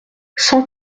cent